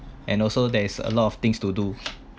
and also there is a lot of things to do